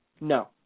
No